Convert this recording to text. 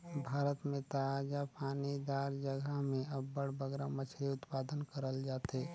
भारत में ताजा पानी दार जगहा में अब्बड़ बगरा मछरी उत्पादन करल जाथे